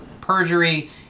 perjury